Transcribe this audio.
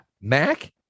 Mac